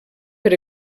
per